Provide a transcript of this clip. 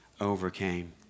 overcame